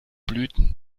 blüten